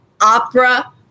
opera